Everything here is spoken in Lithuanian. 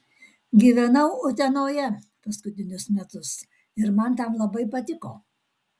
gyvenau utenoje paskutinius metus ir man ten labai patiko